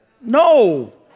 no